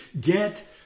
get